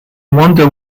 wonder